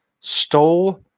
stole